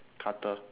cutter